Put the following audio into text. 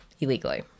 illegally